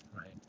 right